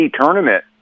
tournament